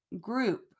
group